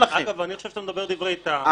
אגב, אני חושב שאתה אומר דברי טעם.